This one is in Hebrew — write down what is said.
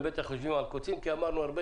הם בטח יושבים על קוצים כי אמרנו הרבה